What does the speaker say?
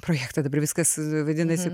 projektą dabar viskas vadinasi